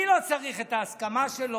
אני לא צריך את ההסכמה שלו,